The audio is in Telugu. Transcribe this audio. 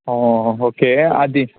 ఓ ఓకే అది